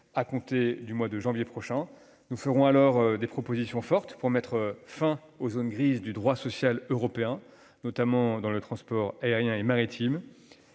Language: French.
à partir de janvier prochain. Nous ferons alors des propositions fortes pour mettre fin aux zones grises du droit social européen, notamment dans le transport aérien et maritime.